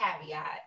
caveat